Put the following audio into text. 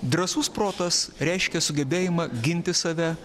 drąsus protas reiškia sugebėjimą ginti save